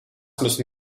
müssen